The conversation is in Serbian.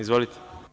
Izvolite.